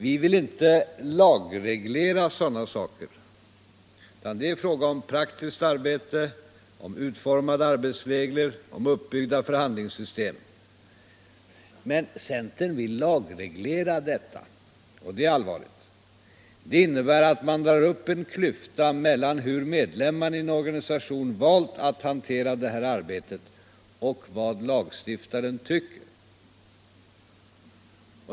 Vi vill inte lagreglera sådana saker, utan det är fråga om praktiskt arbete, om utformade arbetsregler, om uppbyggda förhandlingssystem. Men centern vill lagreglera detta, och det är allvarligt. Det innebär att man drar upp en klyfta mellan hur medlemmarna i en organisation valt att hantera det här arbetet och vad lagstiftaren tycker.